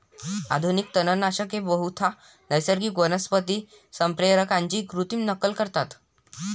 आधुनिक तणनाशके बहुधा नैसर्गिक वनस्पती संप्रेरकांची कृत्रिम नक्कल करतात